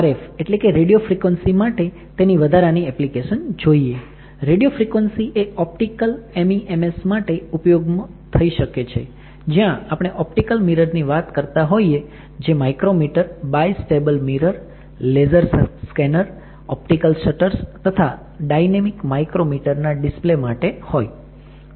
RF માટે તેની વધારાની ઍપ્લિકેશન જોઈએ રેડિયો ફ્રિક્વન્સી એ ઓપ્ટિકલ MEMS માટે ઉપયોગ થઈ શકે છે જ્યાં આપણે ઓપ્ટિકલ મિરર ની વાત કરતા હોઈએ જે micrometer bistable mirror laser scanners optical shutters તથા ડાયનેમિક માઈક્રોમિટર ના ડિસ્પ્લે માટે હોય